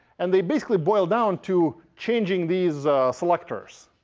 and they basically boil down to changing these selectors.